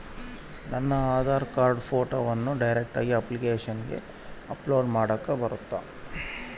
ನನ್ನ ಆಧಾರ್ ಕಾರ್ಡ್ ಫೋಟೋನ ಡೈರೆಕ್ಟ್ ಅಪ್ಲಿಕೇಶನಗ ಅಪ್ಲೋಡ್ ಮಾಡಾಕ ಬರುತ್ತಾ?